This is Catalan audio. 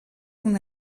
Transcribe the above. una